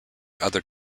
other